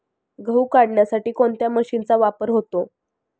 गहू काढण्यासाठी कोणत्या मशीनचा वापर होतो?